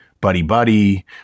buddy-buddy